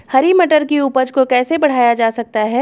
हरी मटर की उपज को कैसे बढ़ाया जा सकता है?